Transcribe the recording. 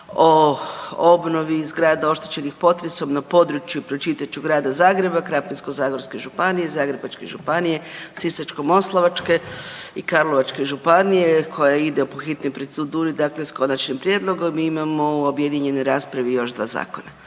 o obnovi zgrada oštećenih potresom na području, pročitat ću Grada Zagreba, Krapinsko-zagorske županije, Zagrebačke županije, Sisačko-moslavačke i Karlovačke županije, koja ide po hitnim proceduri, dakle s konačnim prijedlogom i imamo u objedinjenoj raspravi još 2 zakona.